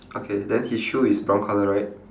okay then his shoe is brown colour right